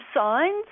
signs